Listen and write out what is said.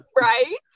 Right